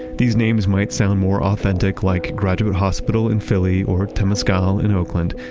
these names might sound more authentic like graduate hospital in philly or temescal in oakland,